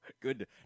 Good